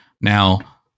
Now